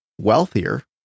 wealthier